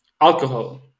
alcohol